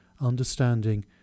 understanding